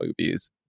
movies